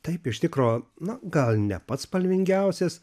taip iš tikro na gal ne pats spalvingiausias